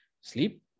sleep